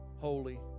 Holy